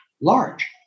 large